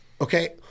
okay